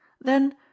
Then